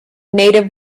native